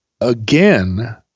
again